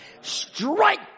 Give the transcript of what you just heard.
strike